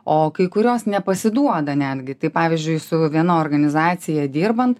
o kai kurios nepasiduoda netgi tai pavyzdžiui su viena organizacija dirbant